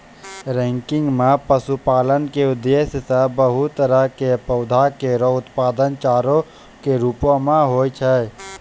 ranking म पशुपालन उद्देश्य सें बहुत तरह क पौधा केरो उत्पादन चारा कॅ रूपो म होय छै